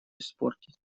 испортить